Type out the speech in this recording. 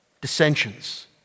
dissensions